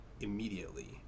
immediately